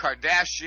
Kardashian